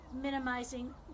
minimizing